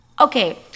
Okay